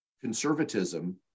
conservatism